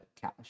cash